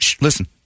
listen